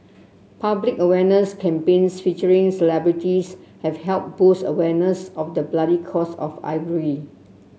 public awareness campaigns featuring celebrities have helped boost awareness of the bloody cost of ivory